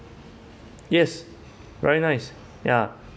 yes very nice ya